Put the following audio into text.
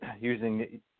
using –